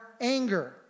anger